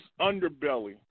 underbelly